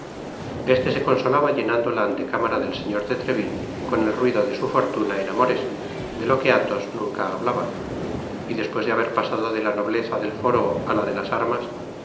este se consolaba llenando la antecámara del señor de treville con el ruido de su fortuna en amores de lo que athos nunca hablaba y despues de haber pasado de la nobleza del foro á la de las armas